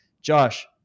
Josh